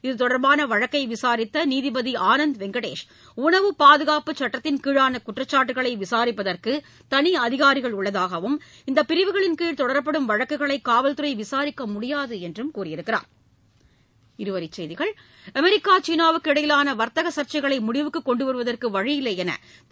இத்தொடர்பான வழக்கை விசாரித்த நீதிபதி ஆனந்த் வெங்கடேஷ் உணவு பாதுகாப்புச் சட்டத்தின்கீழான குற்றச்சாட்டுக்களை விசாரிப்பதற்கு தனி அதிகாரிகள் உள்ளதாகவும் இந்த பிரிவுகளின் கீழ் தொடரப்படும் வழக்குகளை காவல்துறை விசாரிக்க முடியாது என்றும் தெரிவித்தார் இருவரிச் செய்திகள் அமெரிக்கா சீனாவுக்கு இடையிலான வர்த்தக சர்ச்சைகளை முடிவுக்கு கொண்டு வருவதற்கு வழியில்லை என்று அதிபர் திரு